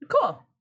Cool